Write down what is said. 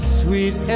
sweet